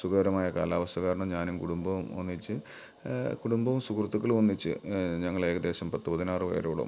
സുഖകരമായ കാലാവസ്ഥ കാരണം ഞാനും കുടുംബവും ഒന്നിച്ച് കുടുംബവും സുഹൃത്തുക്കളും ഒന്നിച്ച് ഞങ്ങൾ ഏകദേശം പത്തു പതിനാറ് പേരോളം